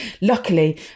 Luckily